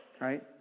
right